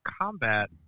combat